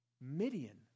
Midian